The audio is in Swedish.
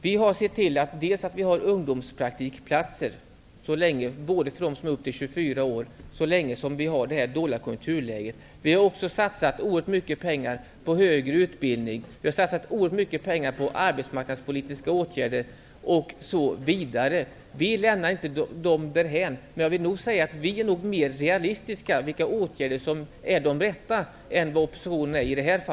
Vi har sett till att vi har ungdomspraktikplatser för dem som är upp till 24 år så länge vi har detta dåliga konjunkturläge. Vi har också satsat oerhört mycket pengar på högre utbildning, på arbetsmarknadspolitiska åtgärder osv. Vi lämnar inte ungdomarna därhän. Jag vill nog säga att vi är mer realistiska än oppositionen vad beträffar vilka åtgärder som är de rätta.